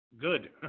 good